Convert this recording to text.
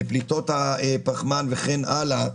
לפליטות הפחמן וכן הלאה,